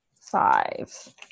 five